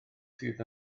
sydd